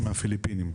מהפיליפינים.